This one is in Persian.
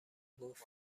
گفت